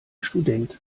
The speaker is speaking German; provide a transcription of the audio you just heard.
student